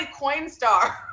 Coinstar